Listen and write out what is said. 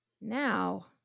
Now